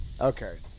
Okay